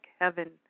heaven